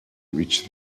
reach